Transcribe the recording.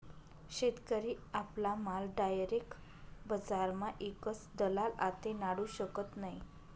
शेतकरी आपला माल डायरेक बजारमा ईकस दलाल आते नाडू शकत नै